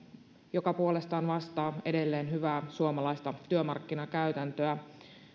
jotka puolestaan vastaavat edelleen hyvää suomalaista työmarkkinakäytäntöä